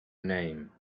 name